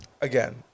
again